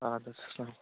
آدٕ حَظ اسلامُ علیکُم